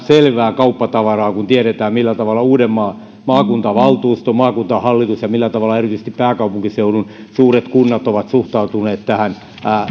selvää kauppatavaraa kun tiedetään millä tavalla uudenmaan maakuntavaltuusto maakuntahallitus ja erityisesti pääkaupunkiseudun suuret kunnat ovat suhtautuneet tähän